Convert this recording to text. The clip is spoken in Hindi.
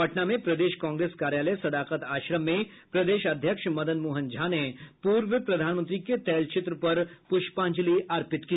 पटना में प्रदेश कांग्रेस कार्यालय सदाकत आश्रम में प्रदेश अध्यक्ष मदन मोहन झा ने पूर्व प्रधानमंत्री के तैलचित्र पर पुष्पांजलि अर्पित की